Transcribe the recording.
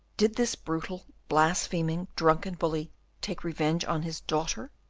did this brutal, blaspheming, drunken bully take revenge on his daughter,